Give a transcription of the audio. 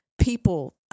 people